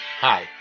Hi